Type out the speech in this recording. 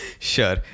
Sure